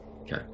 Okay